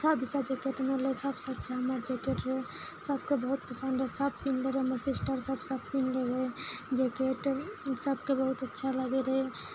सब जेकेट मनलै सबसे अच्छा हमर जेकेट रहै सबके बहुत पसन्द रहै सब पहिरने रहै हमर सिस्टर सब सब पहिरने रहै जेकेट सबके बहुत अच्छा लागै रहै